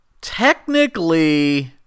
Technically